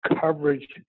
coverage